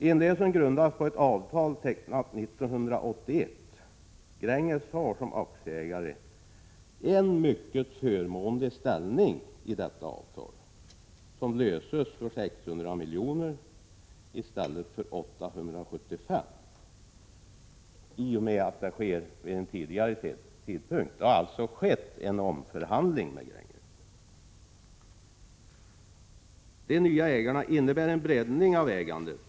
Inlösen grundas på ett avtal tecknat 1981. Gränges har som aktieägare en mycket förmånlig ställning i detta avtal. Gränges får sina aktier inlösta för 600 milj.kr. , i stället för 875 milj.kr., i och med att det sker vid en tidigare tidpunkt. Det har alltså skett en omförhandling med Gränges. Med de nya ägarna får man en breddning av ägandet.